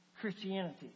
Christianity